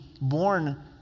born